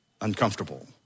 uncomfortable